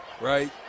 right